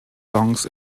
songs